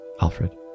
Alfred